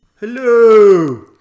Hello